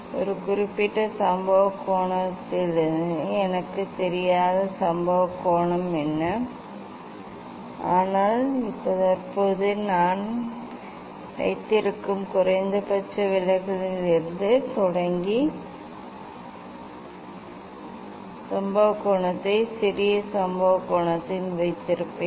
ஒரு குறிப்பிட்ட சம்பவ கோண சம்பவ கோணத்தில் எனக்குத் தெரியாத சம்பவ கோணம் என்ன ஆனால் தற்போது நான் வைத்திருக்கும் குறைந்தபட்ச விலகலில் இருந்து தொடங்கி சம்பவ கோணத்தை சிறிய சம்பவ கோணத்தில் வைத்திருக்கிறேன்